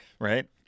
Right